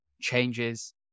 changes